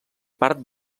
part